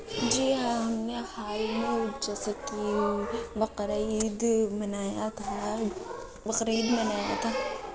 جی ہاں ہم نے حال میں جیسا کہ بقرعید منایا تھا بقرعید منایا تھا